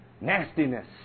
Nastiness